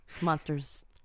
monsters